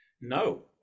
No